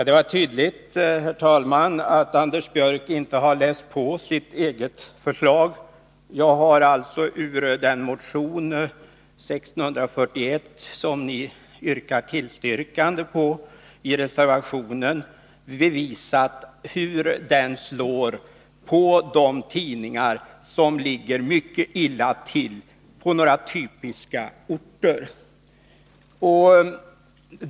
Herr talman! Det är tydligt att Anders Björck inte har läst på sitt eget förslag. Jag har bevisat hur förslaget i motion 1641, som ni i reservationen yrkar bifall till, slår när det gäller de tidningar som ligger mycket illa till på några typiska orter.